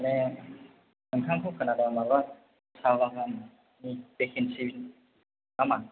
माने नोंथांखौ खोनादों माबा साहा बागाननि भेखेनसि नामा